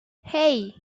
hey